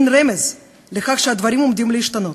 אין רמז לכך שהדברים עומדים להשתנות.